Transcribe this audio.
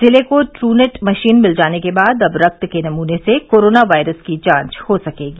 जिले को Truenat machine मिल जाने के बाद अब रक्त के नमूने से कोरोना वायरस की जांच हो सकेगी